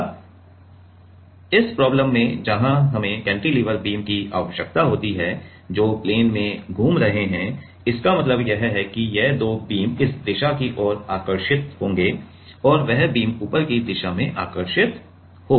अब यह प्रॉब्लम में जहां हमें कैंटिलीवर बीम की आवश्यकता होती है जो प्लेन में घूम रहे हैं इसका मतलब है कि ये 2 बीम इस दिशा की ओर आकर्षित होंगे और वह बीम ऊपर की दिशा में आकर्षित होगी